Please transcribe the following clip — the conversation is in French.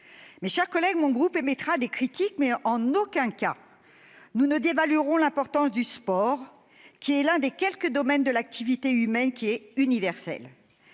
Mes chers collègues, mon groupe émettra des critiques, mais en aucun cas nous ne dévaluerons l'importance du sport, qui est l'un des quelques domaines universels de l'activité humaine. Des règles,